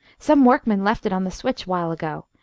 some workman left it on the switch while ago,